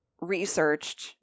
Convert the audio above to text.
researched